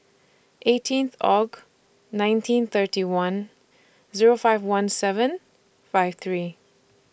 eighteen Aug nineteen thirty one Zero five one seven five three